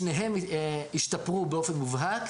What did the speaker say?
שניהם השתפרו באופן מובהק,